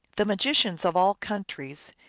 the magicians of all countries,